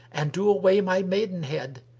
and do away my maidenhead,